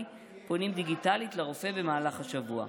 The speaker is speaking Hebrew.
פונים דיגיטלית לרופא במהלך השבוע".